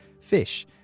fish